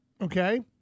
Okay